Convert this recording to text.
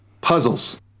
puzzles